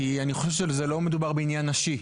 כי אני חושב שלא מדובר בעניין נשי.